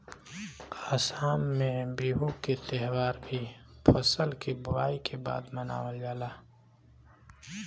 आसाम में बिहू के त्यौहार भी फसल के बोआई के बाद मनावल जाला